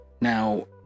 now